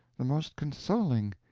the most consoling.